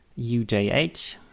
UJH